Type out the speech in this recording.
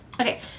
Okay